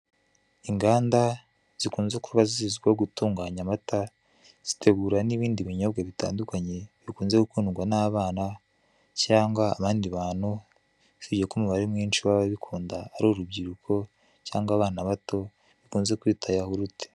Inganda zikunze kuba zizwiho gutunganya amata; zitegura n'ibindi binyobwa bitandukanye bikunze gukundwa n'abana cyangwa abandi bantu, usibye ko umubare mwinshi w'ababikunda ari urubyiruko cyangwa abana bato bakunze kwita yahurute.